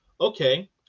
okay